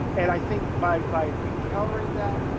and i think by, by encountering that,